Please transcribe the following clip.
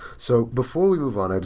so before we move on,